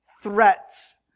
threats